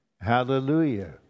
Hallelujah